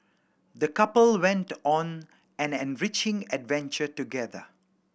the couple went on an enriching adventure together